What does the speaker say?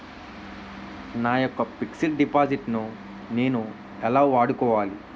నా యెక్క fixed deposit ను నేను ఎలా వాడుకోవాలి?